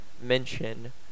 mention